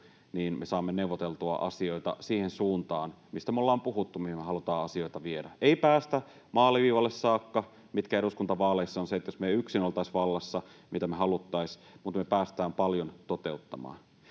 me saamme neuvoteltua asioita siihen suuntaan, mistä me ollaan puhuttu, mihin me halutaan asioita viedä. Ei päästä maaliviivalle saakka, mikä eduskuntavaaleissa on se, että jos me yksin oltaisiin vallassa, mitä me haluttaisiin, mutta me päästään paljon toteuttamaan.